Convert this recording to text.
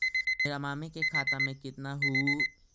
मेरा मामी के खाता में कितना हूउ?